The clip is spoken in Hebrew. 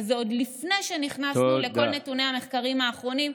וזה עוד לפני שנכנסנו לכל נתוני המחקרים האחרונים,